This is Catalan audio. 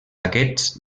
aquests